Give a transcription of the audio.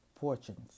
fortunes